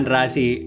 Rasi